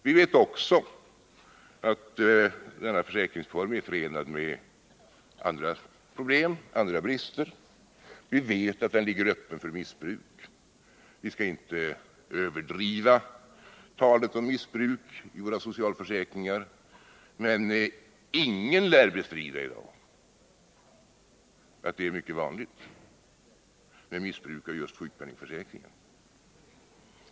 Vi vet också att denna försäkringsform är förenad med andra problem och brister. Vi vet att den ligger öppen för missbruk. Vi skall inte överdriva talet om missbruk av våra socialförsäkringar, men ingen lär i dag bestrida att det är mycket vanligt med missbruk av just sjukpenningförsäkringen.